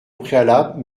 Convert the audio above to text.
préalable